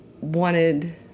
wanted